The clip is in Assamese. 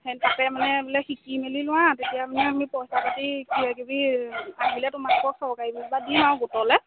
সেন তাতে মানে বোলে শিকি মেলি লোৱা তেতিয়া মানে আমি পইচা পাতি কিয় কিবি আহিলে তোমালোকক চৰকাৰী দিম আৰু গোটলে